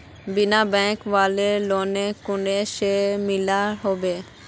बिना बैंक वाला लोन कुनियाँ से मिलोहो होबे?